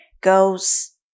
goes